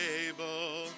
able